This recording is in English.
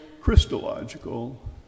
christological